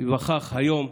ניווכח היום,